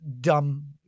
dumb